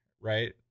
right